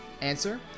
Answer